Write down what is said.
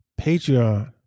Patreon